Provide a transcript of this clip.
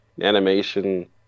animation